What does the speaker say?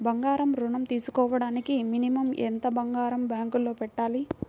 బంగారం ఋణం తీసుకోవడానికి మినిమం ఎంత బంగారం బ్యాంకులో పెట్టాలి?